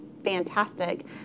fantastic